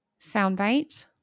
Soundbite